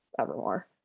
Evermore